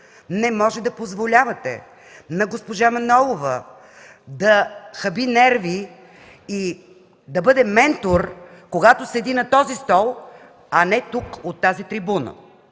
Не може да позволявате на госпожа Манолова да хаби нерви и да бъде ментор, когато седи на този стол, а не тук, от тази трибуна.